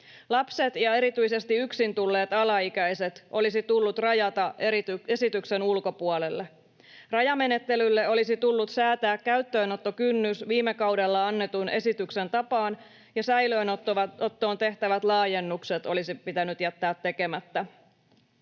Lapset ja erityisesti yksin tulleet alaikäiset olisi tullut rajata esityksen ulkopuolelle. Rajamenettelylle olisi tullut säätää käyttöönottokynnys viime kaudella annetun esityksen tapaan, ja säilöönottoon tehtävät laajennukset olisi pitänyt jättää tekemättä.